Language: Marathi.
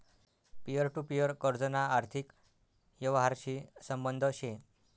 पिअर टु पिअर कर्जना आर्थिक यवहारशी संबंध शे